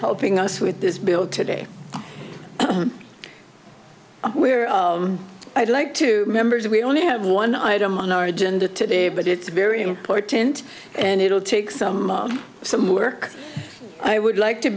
helping us with this bill today where i'd like to members we only have one item on our agenda today but it's very important and it will take some some work i would like to